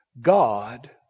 God